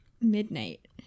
Midnight